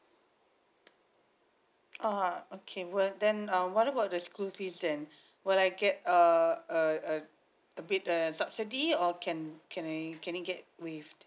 ah okay well then uh what about the school fees then will I get uh err err abit err subsidy or can can I can I get with